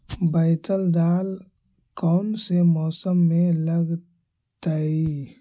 बैतल दाल कौन से मौसम में लगतैई?